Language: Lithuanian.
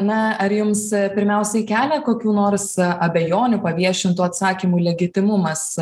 na ar jums pirmiausiai kelia kokių nors abejonių paviešintų atsakymų legitimumas